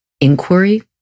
inquiry